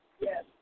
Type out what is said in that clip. Yes